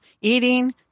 eating